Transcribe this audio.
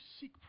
seek